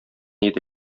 иде